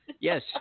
yes